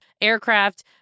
aircraft